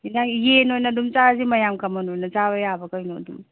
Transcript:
ꯌꯦꯟ ꯑꯣꯏꯅ ꯑꯗꯨꯝ ꯆꯥꯔꯁꯤ ꯃꯌꯥꯝ ꯀꯃꯟ ꯑꯣꯏꯅ ꯆꯥꯕ ꯌꯥꯕ ꯀꯩꯅꯣ ꯑꯗꯨꯝ